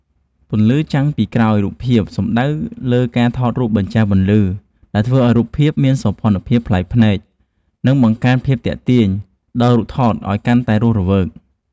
ពន្លឺចាំងពីក្រោយរូបភាពសំដៅលើការថតរូបបញ្រ្ចាស់ពន្លឺ ដែលធ្វើឱ្យរូបភាពមានសោភ័ណភាពប្លែកភ្នែក និង បង្កើនភាពទាក់ទាញដល់រូបថតឱ្យកាន់តែរស់រវើក